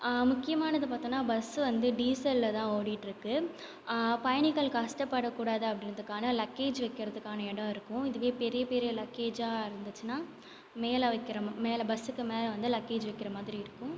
முக்கியமானது பார்த்தோம்னா பஸ் வந்து டீசலில் தான் ஓடிட்டிருக்கு பயணிகள் கஷ்டப்படக் கூடாது அப்படின்றத்துக்கான லக்கேஜ் வைக்கிறதுக்கான இடம் இருக்கும் இதுவே பெரிய பெரிய லக்கேஜாக இருந்துச்சுன்னா மேலே வைக்கிற மேலே பஸ்ஸுக்கு மேலே வந்து லக்கேஜ் வைக்கிற மாதிரி இருக்கும்